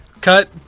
cut